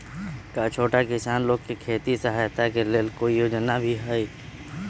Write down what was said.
का छोटा किसान लोग के खेती सहायता के लेंल कोई योजना भी हई?